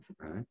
Right